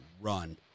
Run